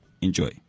Enjoy